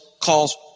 calls